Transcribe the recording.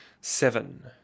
seven